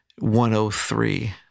103